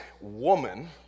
woman